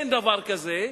אין דבר כזה.